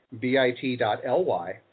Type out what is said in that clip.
bit.ly